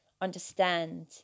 understand